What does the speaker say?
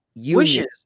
Wishes